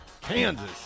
Kansas